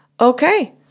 Okay